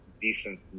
decent